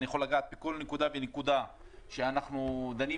אני יכול לגעת בכול נקודה ונקודה שאנחנו דנים